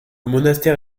monastère